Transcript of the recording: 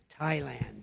Thailand